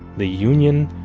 the union,